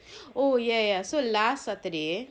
oh ya ya so last saturday